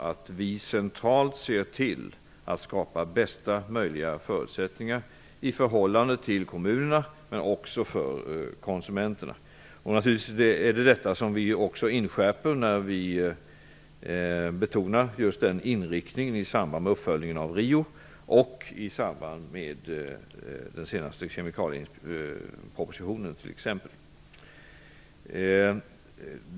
Vi måste centralt se till att skapa bästa möjliga förutsättningar för kommunerna men också för konsumenterna. Vi inskärper detta när vi betonar just den inriktningen i samband med t.ex. uppföljningen av Riokonferensen och i den senaste kemikaliepropositionen.